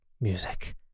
music